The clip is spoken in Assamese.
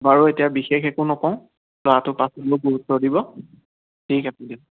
বাৰু এতিয়া বিশেষ একো নকওঁ ল'ৰাটোৰ ওপৰত অলপ গুৰুত্ব দিব ঠিক আছে দিয়ক